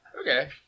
Okay